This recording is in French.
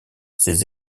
ses